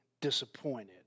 disappointed